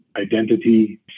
identity